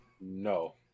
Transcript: No